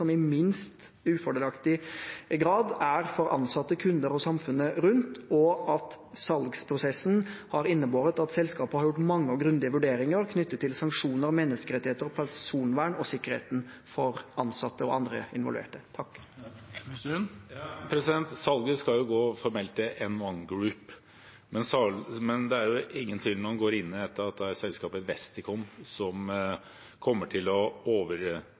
i minst grad er ufordelaktig for ansatte, kunder og samfunnet rundt, og at salgsprosessen har innebåret at selskapet har gjort mange og grundige vurderinger knyttet til sanksjoner, menneskerettigheter, personvern og sikkerheten for ansatte og andre involverte. Salget skal formelt være til M1 Group, men det er ingen tvil om – når man går inn i dette – at det er selskapet Westicom som kommer til å